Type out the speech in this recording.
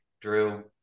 Drew